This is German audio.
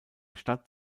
stadt